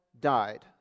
died